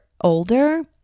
older